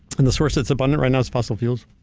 and the source that's abundant right now is fossil fuels.